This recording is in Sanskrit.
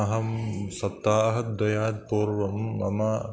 अहं सप्ताहद्वयात् पूर्वं मम